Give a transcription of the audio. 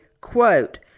quote